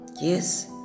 Yes